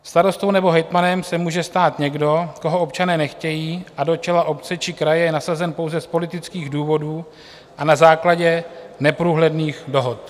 Starostou nebo hejtmanem se může stát někdo, koho občané nechtějí a do čela obce či kraje je nasazen pouze z politických důvodů a na základě neprůhledných dohod.